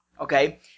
Okay